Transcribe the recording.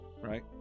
Right